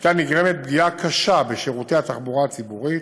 הייתה נגרמת פגיעה קשה בשירותי התחבורה הציבורית,